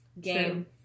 game